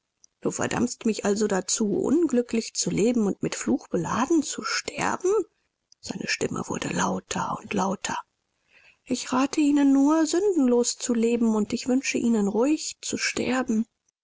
du verdammst mich also dazu unglücklich zu leben und mit fluch beladen zu sterben seine stimme wurde lauter und lauter ich rate ihnen nur sündenlos zu leben und ich wünsche ihnen ruhig zu sterben